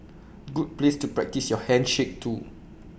good place to practise your handshake too